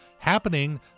happening